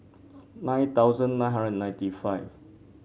nine thousand nine hundred and ninety five